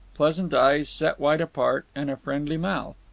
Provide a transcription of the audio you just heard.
pleasant eyes set wide apart, and a friendly mouth.